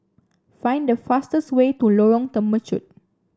find the fastest way to Lorong Temechut